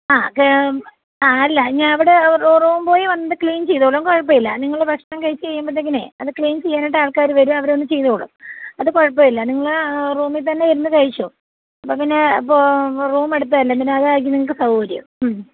ആ ക് ആ അല്ല ഞ അവിടെ റൂം റൂം ബോയ് വന്ന് ക്ലീൻ ചെയ്തോളും കുഴപ്പമില്ല നിങ്ങൾ ഭക്ഷണം കഴിച്ച് കഴിയുമ്പോഴത്തേക്കിനേ അത് ക്ലീൻ ചെയ്യാനായിട്ട് ആൾക്കാർ വരും അവർ വന്ന് ചെയ്തോളും അത് കുഴപ്പമില്ല നിങ്ങൾ റൂമിൽ തന്നെ ഇരുന്ന് കഴിച്ചോ അപ്പം പിന്നെ റൂം എടുത്തതല്ലേ എങ്കിൽ അതായിരിക്കും നിങ്ങൾക്ക് സൗകര്യം